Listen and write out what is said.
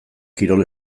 kirol